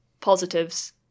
positives